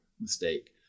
mistake